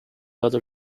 other